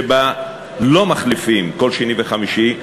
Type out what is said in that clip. שבה לא מחליפים כל שני וחמישי,